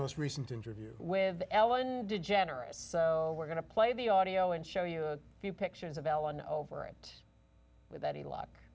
most recent interview with ellen degenerates so we're going to play the audio and show you a few pictures of ellen over it with any luck